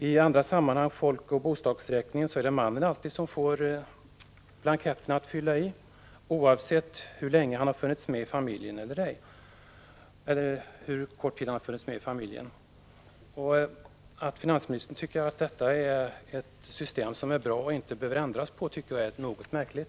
I andra sammanhang, t.ex. folkoch bostadsräkningen, är det alltid mannen som får blanketten att fylla i, oavsett hur kort tid han har funnits i familjen. Att finansministern tycker att detta är ett system som är bra och inte behöver ändras, tycker jag är något märkligt.